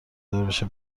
داربشه